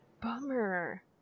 Bummer